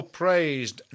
praised